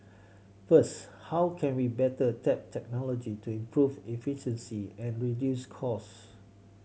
first how can we better tap technology to improve efficiency and reduce cost